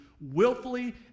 Willfully